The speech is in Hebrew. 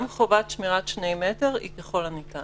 גם חובת שמירת שני מטר היא ככל הניתן.